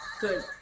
Good